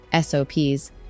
SOPs